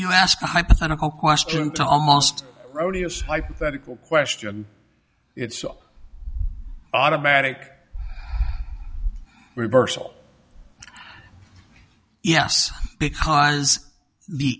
you ask a hypothetical question to almost rodeos hypothetical question it's so automatic reversal yes because the